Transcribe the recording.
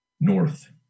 North